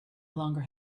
longer